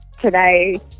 today